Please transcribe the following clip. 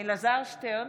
אלעזר שטרן,